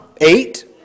Eight